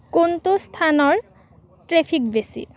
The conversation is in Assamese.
কোনটো স্থানৰ ট্ৰেফিক বেছি